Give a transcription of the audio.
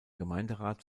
gemeinderat